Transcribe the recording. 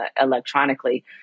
electronically